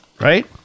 Right